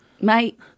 Mate